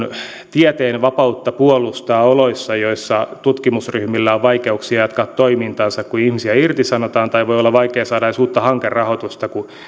tieteen vapautta puolustaa oloissa joissa tutkimusryhmillä on vaikeuksia jatkaa toimintaansa kun ihmisiä irtisanotaan tai voi olla vaikea saada edes uutta hankerahoitusta kun